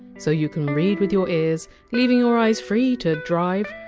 so you can read with your ears, leaving your eyes free to drive,